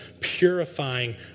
purifying